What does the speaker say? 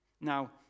Now